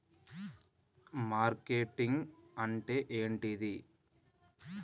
Marketing అంటే ఏంటిది?